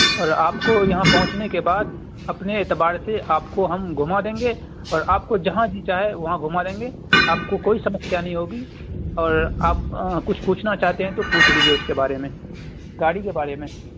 اور آپ کو یہاں پہنچنے کے بعد اپنے اعتبار سے آپ کو ہم گھما دیں گے اور آپ کو جہاں جی چاہے وہاں گھما دیں گے آپ کو کوئی سمسیا نہیں ہوگی اور آپ کچھ پوچھنا چاہتے ہیں تو پوچھ لیجیے اس کے بارے میں گاڑی کے بارے میں